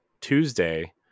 Tuesday